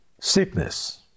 sickness